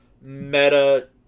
meta